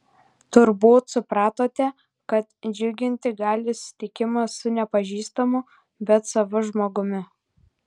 turbūt supratote kad džiuginti gali susitikimas su nepažįstamu bet savu žmogumi